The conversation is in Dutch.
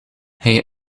hij